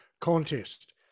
contest